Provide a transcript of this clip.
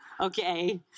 okay